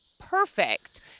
perfect